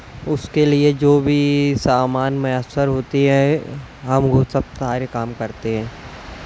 اس کے لیے جو بھی سامان میسر ہوتی ہے ہم وہ سب سارے کام کرتے ہیں